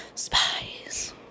Spies